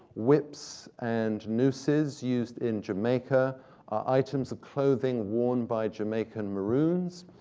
whips and nooses used in jamaica, or items of clothing worn by jamaican maroons.